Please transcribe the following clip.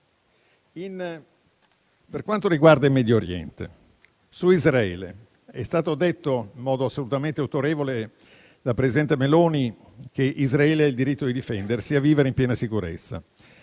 Per quanto riguarda il Medio Oriente, è stato detto in modo assolutamente autorevole dal presidente Meloni che Israele ha il diritto di difendersi e vivere in piena sicurezza.